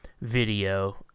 video